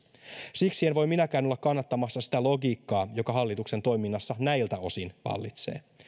siksi en voi minäkään olla kannattamassa sitä logiikkaa joka hallituksen toiminnassa näiltä osin vallitsee